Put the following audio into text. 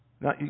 Now